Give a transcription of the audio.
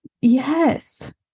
yes